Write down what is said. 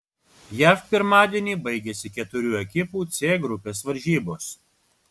jav pirmadienį baigėsi keturių ekipų c grupės varžybos